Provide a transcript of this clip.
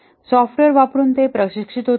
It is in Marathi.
सॉफ्टवेअर वापरून ते प्रशिक्षित होतात